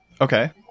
Okay